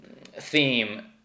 Theme